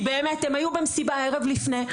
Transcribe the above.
כי באמת הם היו במסיבה ערב לפני,